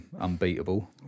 unbeatable